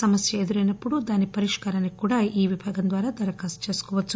సమస్య ఎదురైనప్పుడు దాని పరిష్కారానికి కూడా ఈ విభాగం ద్వారా దరఖాస్తు చేసుకోవచ్చు